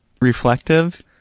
reflective